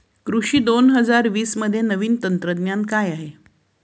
कृषी दोन हजार वीसमध्ये नवीन तंत्रज्ञान काय आहे?